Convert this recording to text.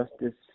justice